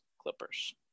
Clippers